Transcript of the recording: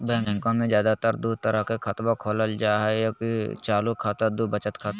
बैंकवा मे ज्यादा तर के दूध तरह के खातवा खोलल जाय हई एक चालू खाता दू वचत खाता